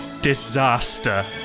disaster